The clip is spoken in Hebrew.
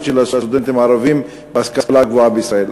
של הסטודנטים הערבים בהשכלה הגבוהה בישראל.